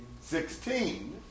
Sixteen